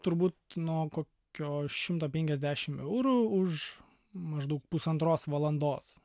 turbūt nuo kokio šimto penkiasdešim eurų už maždaug pusantros valandos